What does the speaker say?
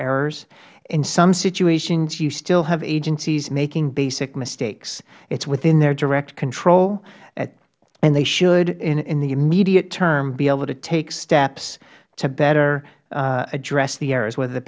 errors in some situations you still have agencies making basic mistakes it is within their direct control and they should in the immediate term be able to take steps to better address the errors whether the